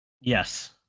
Yes